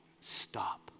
stop